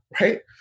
Right